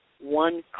one